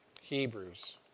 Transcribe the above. Hebrews